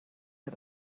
hat